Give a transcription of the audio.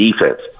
defense